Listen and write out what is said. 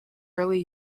early